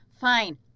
Fine